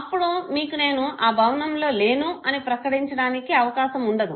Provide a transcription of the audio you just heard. అప్పుడు మీకు నేను ఆ భవనంలో లేను అని ప్రకటించడానికి అవకాశం ఉండదు